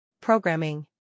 Programming